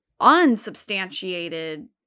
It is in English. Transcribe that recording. unsubstantiated